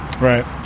Right